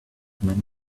man